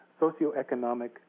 socioeconomic